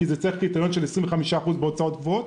כי צריך קריטריון של 25% ירידה בהוצאות קבועות,